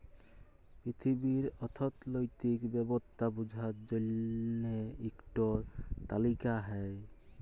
পিথিবীর অথ্থলৈতিক ব্যবস্থা বুঝার জ্যনহে ইকট তালিকা হ্যয়